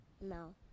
No